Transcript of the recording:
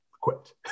quit